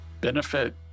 benefit